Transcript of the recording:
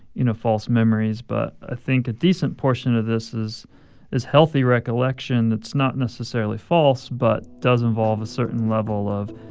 you know, false memories. but i think a decent portion of this is is healthy recollection that's not necessarily false but does involve a certain level of,